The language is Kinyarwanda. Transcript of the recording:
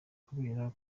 kubera